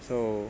so